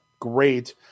great